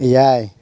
ᱮᱭᱟᱭ